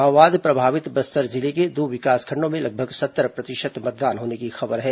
माओवाद प्रभावित बस्तर जिले के दो विकासखंडों में लगभग सत्तर प्रतिशत मतदान होने की खबर है